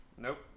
Nope